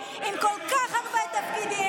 עם כל כך הרבה תפקידים,